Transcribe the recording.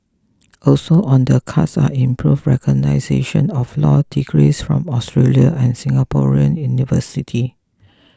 also on the cards are improved recognition of law degrees from Australian and Singaporean university